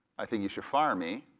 i think you should fire me,